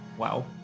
wow